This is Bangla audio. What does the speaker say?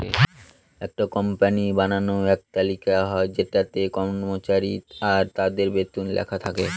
একটা কোম্পানির বানানো এক তালিকা হয় যেটাতে কর্মচারী আর তাদের বেতন লেখা থাকে